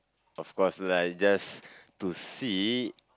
of course lah just to see